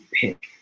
pick